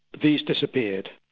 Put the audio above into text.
these disappeared.